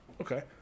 Okay